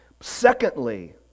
Secondly